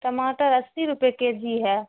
ٹماٹر اسی روپئے کے جی ہے